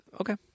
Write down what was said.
Okay